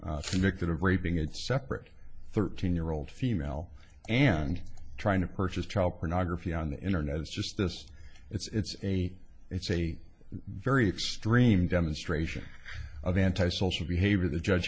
convicted of raping and separate thirteen year old female and trying to purchase child pornography on the internet is just this it's a it's a very extreme demonstration of anti social behavior the judge